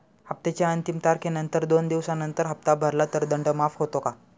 हप्त्याच्या अंतिम तारखेनंतर दोन दिवसानंतर हप्ता भरला तर दंड माफ होतो का?